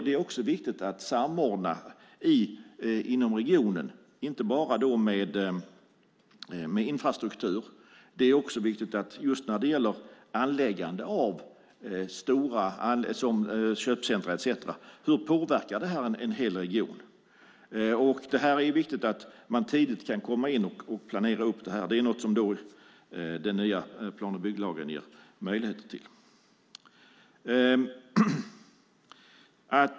Det är också viktigt att samordna inom regionen, inte bara med infrastruktur utan också när det gäller anläggande av stora köpcentrum, hur det påverkar en hel region. Det är viktigt att man tidigt kan komma in och planera detta, och det är någonting som den nya plan och bygglagen ger möjlighet till.